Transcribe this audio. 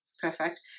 perfect